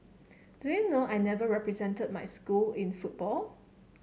do you know I never represented my school in football